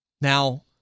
Now